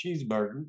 cheeseburger